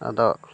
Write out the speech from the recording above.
ᱟᱫᱚ